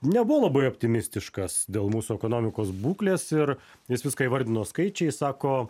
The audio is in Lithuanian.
nebuvo labai optimistiškas dėl mūsų ekonomikos būklės ir jis viską įvardino skaičiais sako